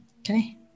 Okay